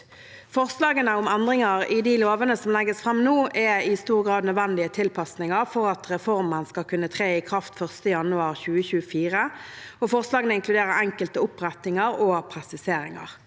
Forslagene om endringer i de lovene som legges fram nå, er i stor grad nødvendige tilpasninger for at reformen skal kunne tre i kraft 1. januar 2024. Forslagene inkluderer enkelte opprettinger og presiseringer.